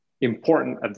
important